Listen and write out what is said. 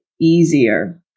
easier